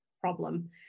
problem